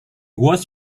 was